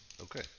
okay